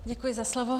Děkuji za slovo.